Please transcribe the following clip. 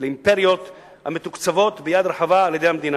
לאימפריות המתוקצבות ביד רחבה בידי המדינה.